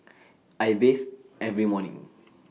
I bathe every morning